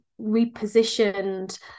repositioned